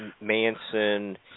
Manson